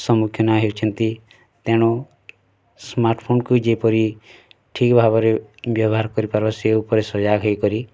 ସମ୍ମୁଖୀନ ହେଉଛନ୍ତି ତେଣୁ ସ୍ମାର୍ଟଫୋନକୁ ଯେପରି ଠିକ୍ ଭାବରେ ବ୍ୟବହାର କରିପାର ସେ ଉପରେ ସଜାଗ ହୋଇକରି